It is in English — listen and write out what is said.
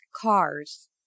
cars